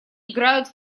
играют